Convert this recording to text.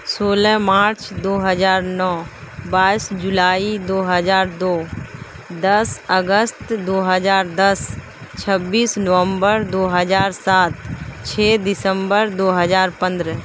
سولہ مارچ دو ہزار نو بائس جولائی دو ہزار دو دس اگست دو ہزار دس چھبیس نومبر دو ہزار سات چھ دسمبر دو ہزار پندرہ